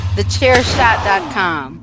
TheChairShot.com